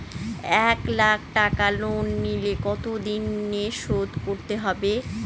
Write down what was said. এক লাখ টাকা লোন নিলে কতদিনে শোধ করতে হবে?